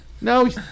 No